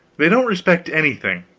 they don't respect anything,